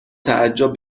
تعجب